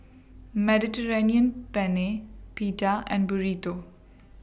Mediterranean Penne Pita and Burrito